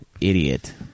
idiot